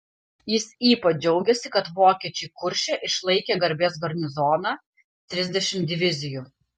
jis ypač džiaugėsi kad vokiečiai kurše išlaikė garbės garnizoną trisdešimt divizijų